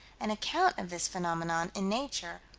an account of this phenomenon in nature,